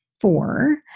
four